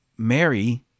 Mary